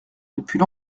depuis